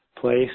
place